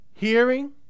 Hearing